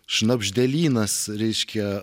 šnabždelynas reiškia